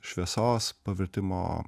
šviesos pavertimo